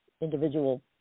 individual